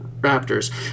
raptors